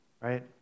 right